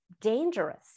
dangerous